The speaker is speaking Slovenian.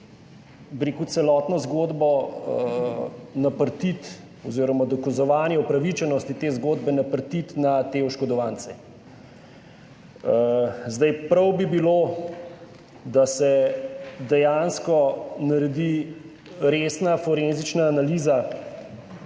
spet celotno zgodbo oziroma dokazovanje upravičenosti te zgodbe naprtiti tem oškodovancem. Prav bi bilo, da se dejansko naredi resna forenzična analiza